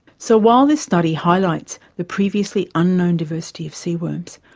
so while this study highlights the previously unknown diversity of seaworms,